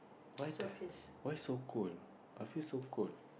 why the why so cold I feel so cold